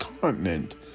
continent